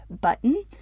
button